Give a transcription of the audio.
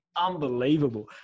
unbelievable